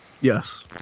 Yes